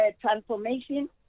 transformation